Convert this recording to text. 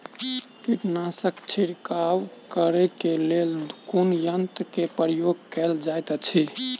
कीटनासक छिड़काव करे केँ लेल कुन यंत्र केँ प्रयोग कैल जाइत अछि?